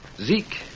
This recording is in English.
Zeke